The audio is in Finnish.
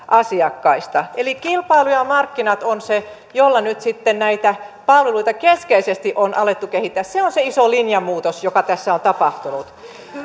asiakkaista eli kilpailu ja markkinat on se jolla nyt sitten näitä palveluita keskeisesti on alettu kehittää se on se iso linjanmuutos joka tässä on tapahtunut